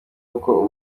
uko